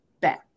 back